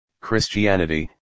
Christianity